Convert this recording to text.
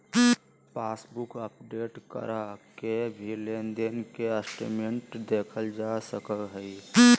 passbook update करा के भी लेनदेन के स्टेटमेंट देखल जा सकय हय